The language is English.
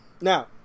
Now